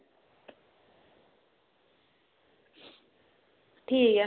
ठीक ऐ